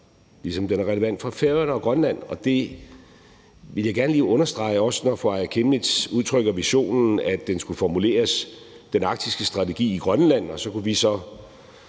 ligesom den er relevant for Færøerne og Grønland. Det vil jeg gerne lige understrege, også når fru Aaja Chemnitz udtrykker visionen om, at den arktiske strategi skulle formuleres i Grønland, og så kunne vi så,